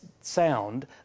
sound